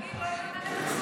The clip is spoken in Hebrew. למה שהתאגיד לא יממן את עצמו?